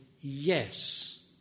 yes